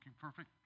perfect